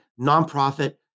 nonprofit